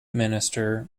minister